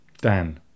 Dan